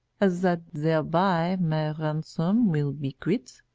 as that thereby my ransom will be quit.